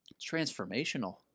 transformational